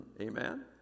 Amen